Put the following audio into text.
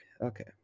Okay